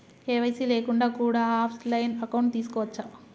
KYC లేకుండా కూడా offline account తీసుకోవచ్చా?